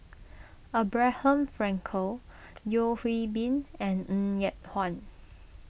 Abraham Frankel Yeo Hwee Bin and Ng Yat Chuan